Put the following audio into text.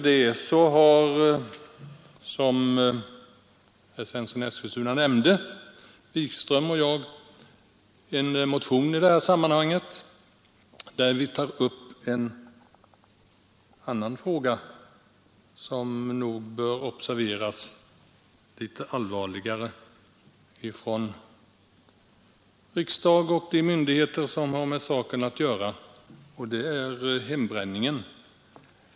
Som herr Svensson i Eskilstuna nämnde har herr Wikström och jag väckt en motion i det sammanhanget, i vilken vi har tagit upp en annan fråga som nog bör observeras litet mera av riksdagen och av de myndigheter som har med saken att göra, nämligen hembränningen.